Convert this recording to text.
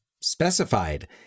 specified